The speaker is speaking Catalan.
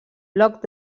bloc